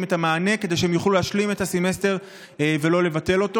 את המענה כדי שהם יוכלו להשלים את הסמסטר ולא לבטל אותו.